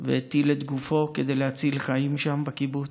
והטיל את גופו כדי להציל חיים שם בקיבוץ.